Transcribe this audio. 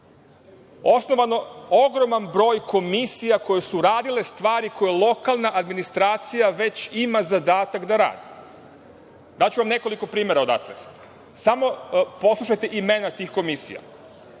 osnovan ogroman broj komisija koje su radile stvari koje lokalne administracija već ima za zadatak da radi. Daću vam nekoliko primera odatle. Recimo u opštini Pećinci postojao